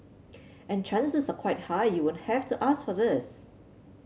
and chances are quite high you won't have to ask for this